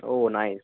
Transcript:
oh nice